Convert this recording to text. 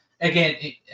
Again